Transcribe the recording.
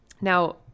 Now